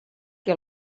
que